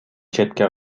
четке